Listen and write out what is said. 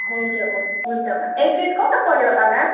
हुन्छ हुन्छ हुन्छ म्याम एड्रेस कता पऱ्यो होला म्याम